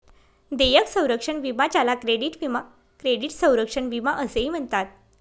देयक संरक्षण विमा ज्याला क्रेडिट विमा क्रेडिट संरक्षण विमा असेही म्हणतात